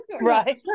Right